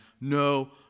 No